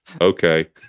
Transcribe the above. Okay